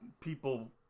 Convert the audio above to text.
people